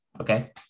okay